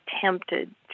tempted